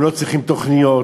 הם לא צריכים תוכניות,